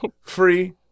Free